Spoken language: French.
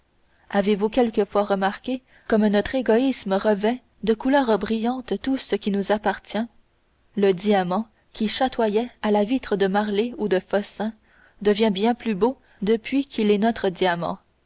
avez-vous quelquefois remarqué comme notre égoïsme revêt de couleurs brillantes tout ce qui nous appartient le diamant qui chatoyait à la vitre de marlé ou de fossin devient bien plus beau depuis qu'il est notre diamant